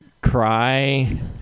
cry